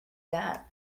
that